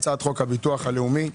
הצעת חוק הביטוח הלאומי.